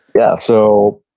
yeah, so,